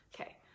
okay